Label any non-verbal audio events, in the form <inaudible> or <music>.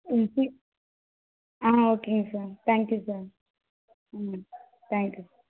<unintelligible> ஆ ஓகேங்க sir thank you sir hmm thank you